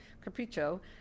Capriccio